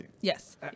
Yes